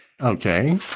Okay